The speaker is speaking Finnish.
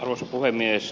arvoisa puhemies